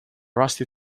rusty